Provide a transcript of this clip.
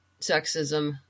sexism